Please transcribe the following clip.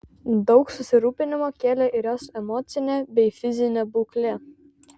daug susirūpinimo kėlė ir jos emocinė bei fizinė būklė